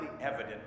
evident